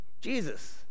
jesus